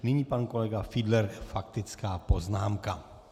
Nyní pan kolega Fiedler, faktická poznámka.